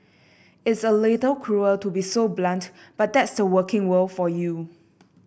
it's a little cruel to be so blunt but that's the working world for you